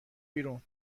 بیرون